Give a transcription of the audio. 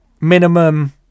minimum